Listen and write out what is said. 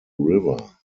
river